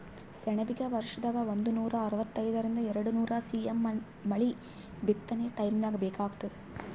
ಸೆಣಬಿಗ ವರ್ಷದಾಗ್ ಒಂದನೂರಾ ಅರವತ್ತರಿಂದ್ ಎರಡ್ನೂರ್ ಸಿ.ಎಮ್ ಮಳಿ ಬಿತ್ತನೆ ಟೈಮ್ದಾಗ್ ಬೇಕಾತ್ತದ